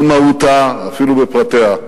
במהותה, ואפילו בפרטיה,